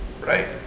right